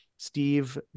Steve